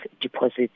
deposits